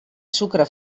sucre